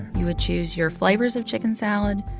you would choose your flavors of chicken salad.